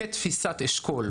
כתפיסת אשכול.